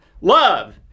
Love